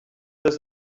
does